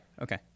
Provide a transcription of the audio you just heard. Okay